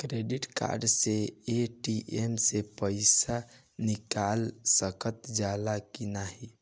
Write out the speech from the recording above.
Credit card से ATM से पइसा निकाल सकल जाला की नाहीं?